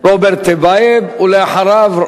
רוברט טיבייב, אחריו,